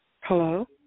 Hello